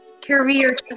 career